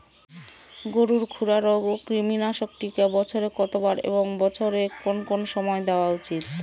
গরুর খুরা রোগ ও কৃমিনাশক টিকা বছরে কতবার এবং বছরের কোন কোন সময় দেওয়া উচিৎ?